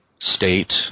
state